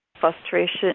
frustration